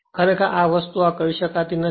ખરેખર આ વસ્તુ આ કરી શકતી નથી